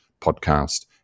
podcast